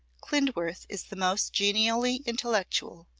klindworth is the most genially intellectual,